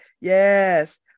yes